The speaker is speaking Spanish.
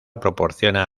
proporciona